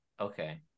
okay